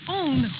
own